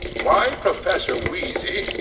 why professor wheezy,